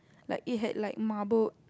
like it had like marbled